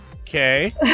Okay